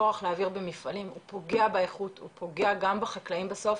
הכורח להעביר במפעלים פוגע באיכות והוא פוגע גם בחקלאים בסוף